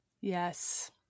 Yes